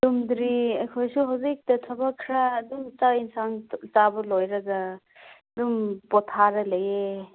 ꯇꯨꯝꯗ꯭ꯔꯤ ꯑꯩꯈꯣꯏꯁꯨ ꯍꯧꯖꯤꯛꯇ ꯊꯕꯛ ꯈꯔ ꯑꯗꯨꯝ ꯆꯥꯛ ꯌꯦꯟꯁꯥꯡ ꯆꯥꯕ ꯂꯣꯏꯔꯒ ꯑꯗꯨꯝ ꯄꯣꯊꯥꯔ ꯂꯩꯌꯦ